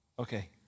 Okay